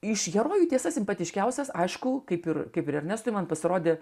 iš herojų tiesa simpatiškiausias aišku kaip ir kaip ir ernestui man pasirodė